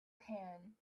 pan